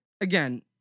again